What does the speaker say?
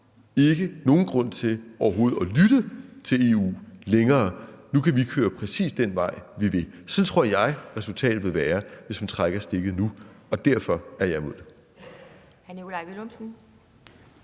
ikke nogen grund til overhovedet at lytte til EU længere, nu kan vi køre præcis den vej, vi vil. Sådan tror jeg resultatet vil være, hvis man trækker stikket nu, og derfor er jeg imod det.